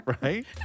right